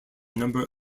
number